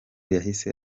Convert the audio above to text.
yahise